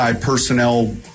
personnel